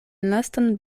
lastan